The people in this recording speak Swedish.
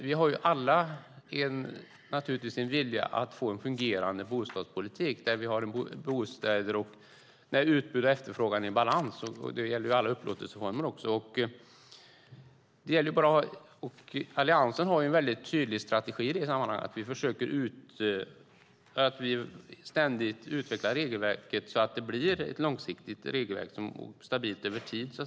Vi har alla en vilja att få en fungerande bostadspolitik, där vi har bostäder och där utbud och efterfrågan är i balans, vilket ska gälla alla upplåtelseformer. Alliansen har en mycket tydlig strategi. Vi försöker ständigt utveckla regelverket, så att det blir ett långsiktigt regelverk som är stabilt över tid.